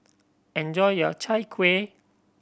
enjoy your Chai Kueh